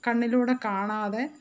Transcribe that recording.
കണ്ണിലൂടെ കാണാതെ